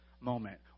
moment